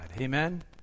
Amen